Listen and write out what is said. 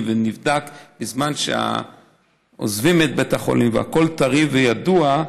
ונבדק בזמן שעוזבים את בית החולים והכול עוד טרי וידוע,